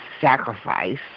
sacrifice